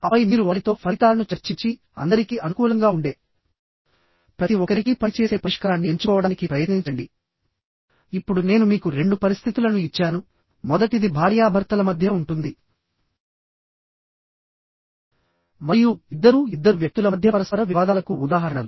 ఆపై మీరు వారితో ఫలితాలను చర్చించి అందరికీ అనుకూలంగా ఉండే ప్రతి ఒక్కరికీ పని చేసే పరిష్కారాన్ని ఎంచుకోవడానికి ప్రయత్నించండి ఇప్పుడు నేను మీకు రెండు పరిస్థితులను ఇచ్చాను మొదటిది భార్యాభర్తల మధ్య ఉంటుంది మరియు ఇద్దరూ ఇద్దరు వ్యక్తుల మధ్య పరస్పర వివాదాలకు ఉదాహరణలు